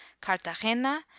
cartagena